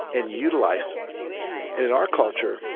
and utilized. and in our culture,